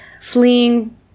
fleeing